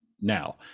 now